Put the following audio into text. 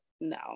no